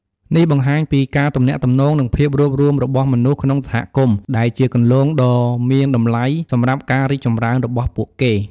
នេះបង្ហាញពីការទំនាក់ទំនងនិងភាពរួបរួមរបស់មនុស្សក្នុងសហគមន៍ ដែលជាគន្លងដ៏មានតម្លៃសម្រាប់ការរីកចម្រើនរបស់ពួកគេ។